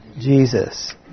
Jesus